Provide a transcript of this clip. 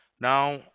Now